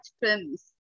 Films